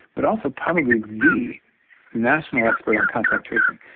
but also probably the national expert on contact tracing.